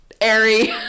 airy